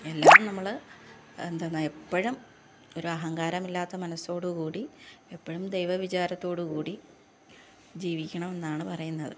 എല്ലാം നമ്മൾ എന്തോന്നാ എപ്പോഴും ഒരു അഹങ്കാരം ഇല്ലാത്ത മനസ്സോടുകൂടി എപ്പോഴും ദൈവവിചാരത്തോട് കൂടി ജീവിക്കണം എന്നാണ് പറയുന്നത്